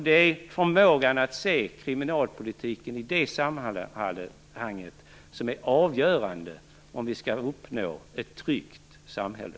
Det är förmågan att se kriminalpolitiken i det sammanhanget som är avgörande om vi skall uppnå ett tryggt samhälle.